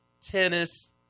tennis